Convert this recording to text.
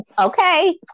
okay